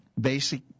basic